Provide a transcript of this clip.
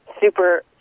super